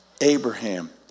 Abraham